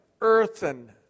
earthen